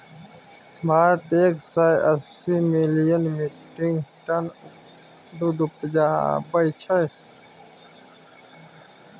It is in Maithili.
भारत एक सय अस्सी मिलियन मीट्रिक टन दुध उपजाबै छै